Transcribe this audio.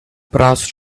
brass